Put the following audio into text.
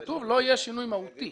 כתוב: "לא יהיה שינוי מהותי".